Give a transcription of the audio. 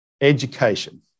education